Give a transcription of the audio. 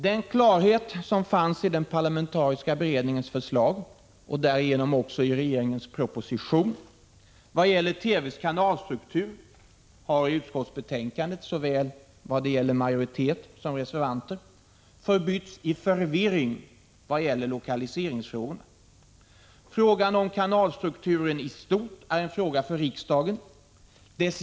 Den klarhet som finns i den parlamentariska beredningens förslag och därigenom också i regeringens proposition när det gäller TV:s kanalstruktur har i utskottsbetänkandet — jag tänker då på såväl majoritet som reservanter —- förbytts i förvirring när det gäller lokaliseringsfrågorna. Frågan om kanalstrukturen i stort är en fråga för riksdagen.